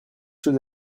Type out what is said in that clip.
chose